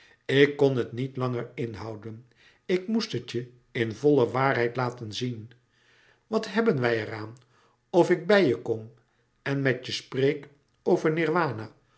ik kon het niet langer inhouden ik moest het je in volle waarheid laten zien wat hebben wij er aan of ik bij je kom en met je spreek over